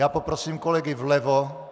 Já poprosím kolegy vlevo...